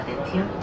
atención